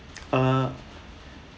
uh